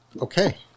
Okay